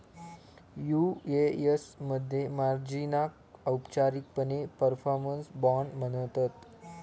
UAS मध्ये मार्जिनाक औपचारिकपणे परफॉर्मन्स बाँड म्हणतत